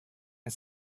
and